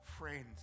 Friends